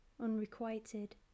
Unrequited